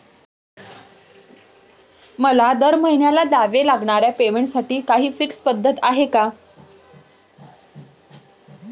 मला दरमहिन्याला द्यावे लागणाऱ्या पेमेंटसाठी काही फिक्स पद्धत आहे का?